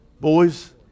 Boys